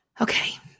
Okay